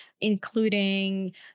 including